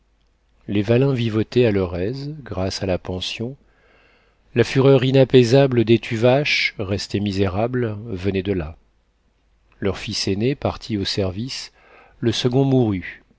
les vallin vivotaient à leur aise grâce à la pension la fureur inapaisable des tuvache restés misérables venait de là leur fils aîné partit au service le second mourut